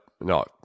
no